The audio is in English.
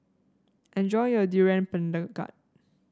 enjoy your Durian Pengat